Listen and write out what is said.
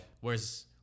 whereas